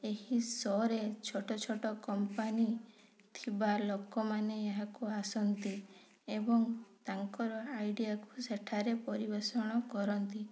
ଏହି ଶୋରେ ଛୋଟ ଛୋଟ କମ୍ପାନୀ ଥିବା ଲୋକମାନେ ଏହାକୁ ଆସନ୍ତି ଏବଂ ତାଙ୍କର ଆଇଡ଼ିଆକୁ ସେଠାରେ ପରିବେଷଣ କରନ୍ତି